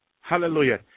Hallelujah